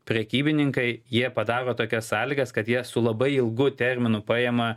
prekybininkai jie padaro tokias sąlygas kad jie su labai ilgu terminu paima